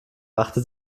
machte